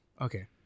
Okay